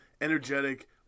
energetic